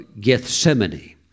Gethsemane